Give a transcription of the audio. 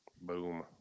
Boom